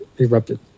erupted